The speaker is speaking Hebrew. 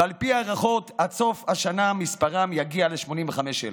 ועל פי ההערכות עד סוף השנה מספרם יגיע ל-85,000.